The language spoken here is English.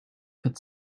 could